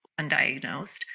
undiagnosed